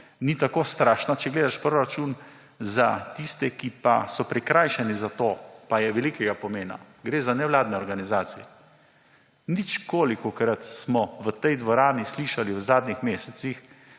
ni tako strašna, če gledaš proračun, za tiste, ki pa so prikrajšani za to, pa je velikega pomena, gre za nevladne organizacije. Ničkolikokrat smo v tej dvorani slišali v zadnjih mesecih,